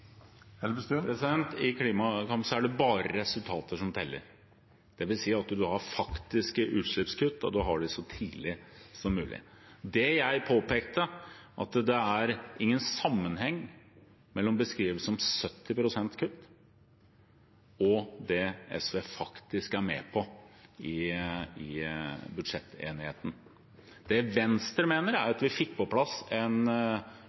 I klimasammenheng er det bare resultater som teller, dvs. at man har faktiske utslippskutt, og så tydelige som mulig. Det jeg påpekte, er at det er ingen sammenheng mellom beskrivelsen om 70 pst. kutt og det SV faktisk er med på i budsjettenigheten. Det Venstre mener, er at vi fikk på plass en